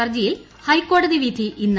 ഹർജിയിൽ ഹൈക്കോട്ടതി പ്പിധി ഇന്ന്